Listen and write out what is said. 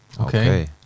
Okay